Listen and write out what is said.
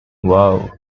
wow